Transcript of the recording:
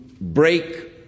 break